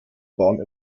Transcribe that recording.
bahn